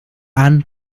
ann